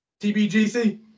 TBGC